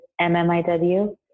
MMIW